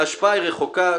ההשפעה היא רחוקה',